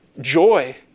joy